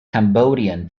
cambodian